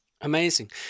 amazing